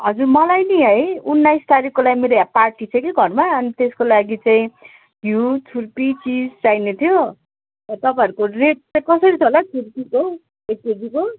हजुर मलाई नि है उन्नाइस तारिकको लागि मेरो यहाँ पार्टी छ कि घरमा अनि त्यसको लागि चाहिँ घिउ छुर्पी चिज चाहिने थियो तपाईँहरूको रेट चाहिँ कसरी छ होला छुर्पीको एक केजीको